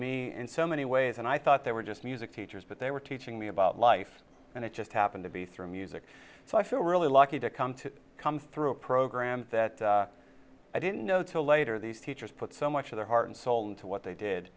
me in so many ways and i thought they were just music teachers but they were teaching me about life and it just happened to be through music so i feel really lucky to come to come through a program that i didn't know till later these teachers put so much of their heart and soul into what they did